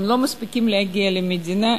הם לא מספיקים להגיע למדינה,